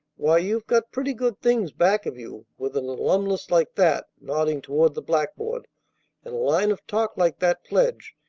why, you've got pretty good things back of you. with an alumnus like that nodding toward the blackboard and a line of talk like that pledge,